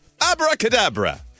Abracadabra